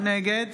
נגד